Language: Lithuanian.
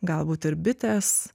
galbūt ir bitės